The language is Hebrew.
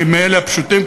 אלא מאלה הפשוטים.